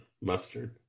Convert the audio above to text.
Mustard